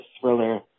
thriller